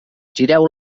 gireu